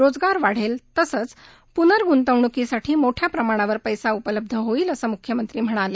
रोजगार वाढेल तसंच पुनर्गुंतवणुकीसाठी मोठ्या प्रमाणावर पैसा उपलब्ध होईल असं मुख्यमंत्री म्हणाले